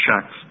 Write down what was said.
checks